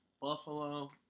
Buffalo